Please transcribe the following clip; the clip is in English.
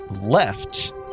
left